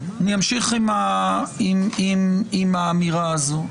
אמשיך עם האמירה הזו.